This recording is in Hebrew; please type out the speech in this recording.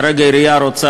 כרגע העירייה רוצה,